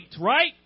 right